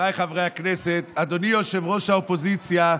חבריי חברי הכנסת, אדוני יושב-ראש האופוזיציה,